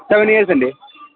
seven years అండి